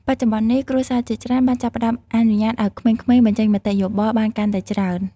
បច្ចុប្បន្ននេះ គ្រួសារជាច្រើនបានចាប់ផ្ដើមអនុញ្ញាតឲ្យក្មេងៗបញ្ចេញមតិយោបល់បានកាន់តែច្រើន។